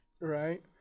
Right